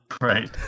right